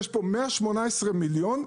יש פה 118 מיליון,